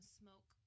smoke